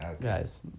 guys